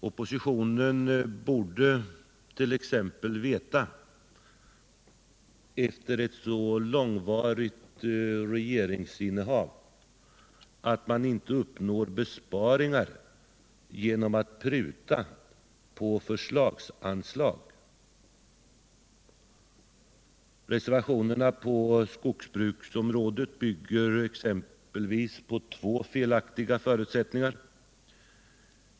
Oppositionen borde t.ex. efter ett så långvarigt regeringsinnehav veta, att man inte uppnår besparingar genom att pruta på förslagsanslag. Reservationerna på skogsbruksområdet bygger på två felaktiga förutsättningar.